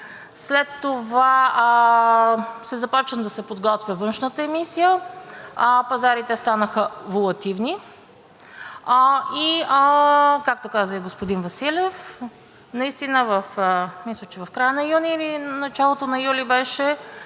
след това започна да се подготвя външната емисия, пазарите станаха волатилни и както каза и господин Василев, наистина мисля, че в края на юни или началото на юли беше,